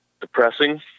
Depressing